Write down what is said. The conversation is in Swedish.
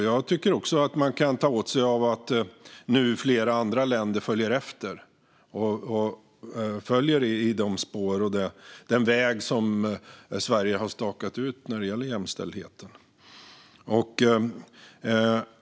Jag tycker också att man kan ta åt sig av att flera andra länder nu följer i de spår och den väg som Sverige har stakat ut när det gäller jämställdheten.